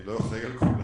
אני לא אחראי על זה.